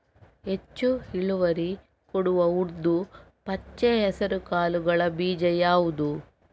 ಹೆಚ್ಚು ಇಳುವರಿ ಕೊಡುವ ಉದ್ದು, ಪಚ್ಚೆ ಹೆಸರು ಕಾಳುಗಳ ಬೀಜ ಯಾವುದು?